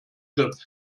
griff